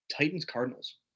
Titans-Cardinals